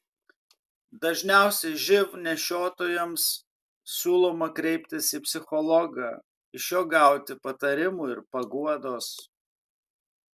dažniausiai živ nešiotojams siūloma kreiptis į psichologą iš jo gauti patarimų ir paguodos